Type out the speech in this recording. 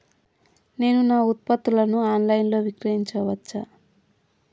నేను నా ఉత్పత్తులను ఆన్ లైన్ లో విక్రయించచ్చా?